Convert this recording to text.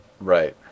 Right